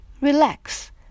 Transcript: relax